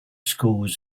schools